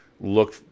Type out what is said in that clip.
look